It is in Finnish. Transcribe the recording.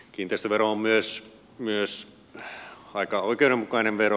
kiinteistövero on myös aika oikeudenmukainen vero